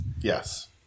Yes